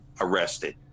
arrested